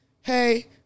Hey